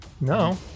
No